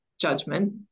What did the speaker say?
judgment